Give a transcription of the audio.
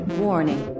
warning